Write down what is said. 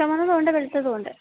ചൊമന്നതുമുണ്ട് വെളുത്തതുമുണ്ട്